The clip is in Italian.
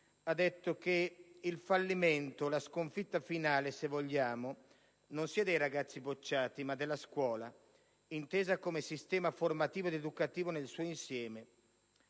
ha detto che il fallimento, se si vuole la sconfitta finale, non è dei ragazzi bocciati ma della scuola intesa come sistema formativo ed educativo nel suo insieme.